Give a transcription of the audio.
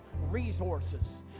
resources